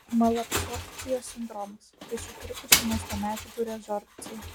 malabsorbcijos sindromas tai sutrikusi maisto medžiagų rezorbcija